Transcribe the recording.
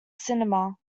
cinema